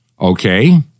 Okay